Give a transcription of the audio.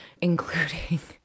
including